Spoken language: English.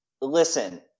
listen